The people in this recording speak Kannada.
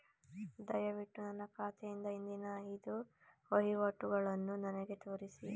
ದಯವಿಟ್ಟು ನನ್ನ ಖಾತೆಯಿಂದ ಹಿಂದಿನ ಐದು ವಹಿವಾಟುಗಳನ್ನು ನನಗೆ ತೋರಿಸಿ